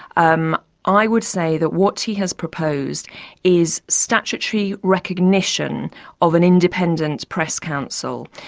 um i would say that what he has proposed is statutory recognition of an independent press council.